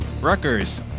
Rutgers